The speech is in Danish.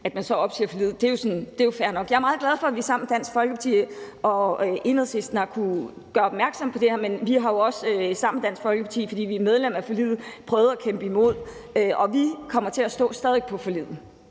at man så opsiger forliget, er jo fair nok. Jeg er meget glad for, at vi sammen med Dansk Folkeparti og Enhedslisten har kunnet gøre opmærksom på det her, men vi har jo også sammen med Dansk Folkeparti, fordi vi er med i forliget, prøvet at kæmpe imod, og vi kommer stadig væk til at stå fast på forliget